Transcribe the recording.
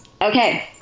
Okay